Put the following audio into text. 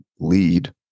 lead